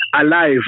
alive